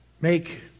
make